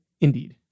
Indeed